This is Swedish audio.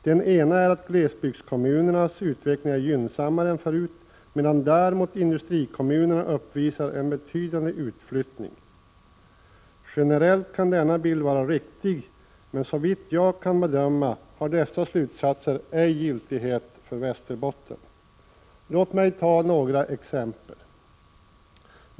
Den ena är att glesbygdskommunernas utveckling är gynnsammare än förut, medan däremot industrikommunerna uppvisar en betydande utflyttning. Generellt kan denna bild vara riktig, men såvitt jag kan bedöma har dessa slutsatser ej giltighet för Västerbotten. Låt mig ta några exempel.